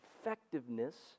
effectiveness